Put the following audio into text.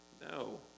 No